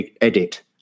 edit